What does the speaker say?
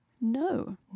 no